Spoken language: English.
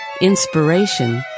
inspiration